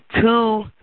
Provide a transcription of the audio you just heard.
two